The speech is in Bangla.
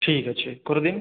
ঠিক আছে করে দিন